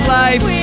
life